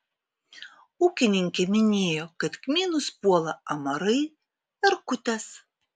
ūkininkė minėjo kad kmynus puola amarai erkutės